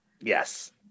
Yes